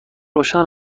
روشن